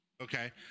Okay